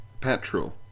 petrol